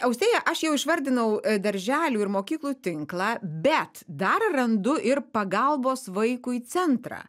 austėja aš jau išvardinau darželių ir mokyklų tinklą bet dar randu ir pagalbos vaikui centrą